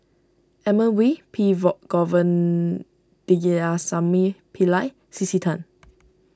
Edmund Wee P Pillai C C Tan